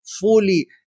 fully